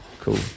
cool